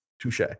touche